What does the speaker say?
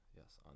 Yes